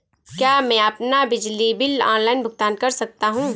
क्या मैं अपना बिजली बिल ऑनलाइन भुगतान कर सकता हूँ?